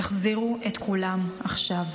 תחזירו את כולם עכשיו.